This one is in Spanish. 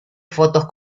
fotos